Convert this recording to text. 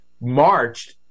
marched